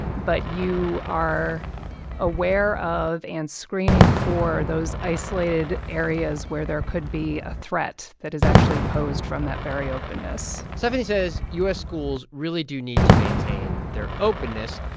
but you are aware of and screening for those isolated areas where there could be a threat that is actually posed from that very openness? stephanie says u s. schools really do need to maintain their openness,